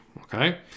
Okay